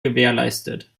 gewährleistet